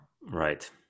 Right